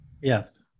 Yes